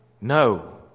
No